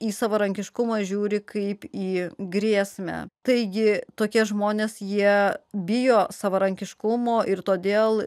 į savarankiškumą žiūri kaip į grėsmę taigi tokie žmonės jie bijo savarankiškumo ir todėl